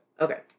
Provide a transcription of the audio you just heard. Okay